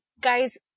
guys